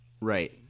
Right